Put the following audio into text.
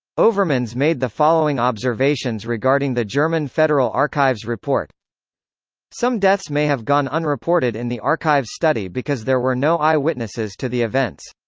overmans made the following observations regarding the german federal archives report some deaths may have gone unreported in the archives study because there were no eye witnesses to the events.